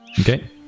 Okay